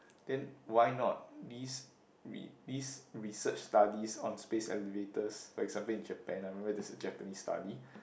then why not these re~ these research studies on space elevators for example in Japan I remember there's a Japanese study